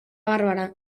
bàrbara